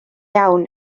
iawn